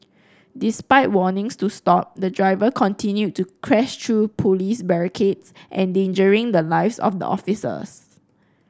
despite warnings to stop the driver continued to crash through police barricades endangering the lives of the officers